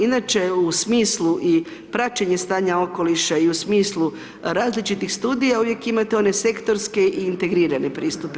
Inače u smislu i praćenje stanja okoliša i u smislu različitih studija uvijek imate one sektorske i integrirane pristupe.